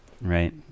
Right